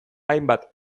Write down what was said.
hainbat